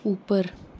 ऊपर